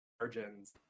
margins